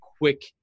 quick